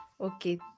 okay